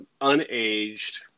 unaged